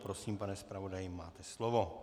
Prosím, pane zpravodaji, máte slovo.